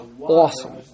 awesome